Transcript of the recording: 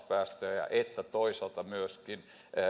päästöjä että toisaalta myöskin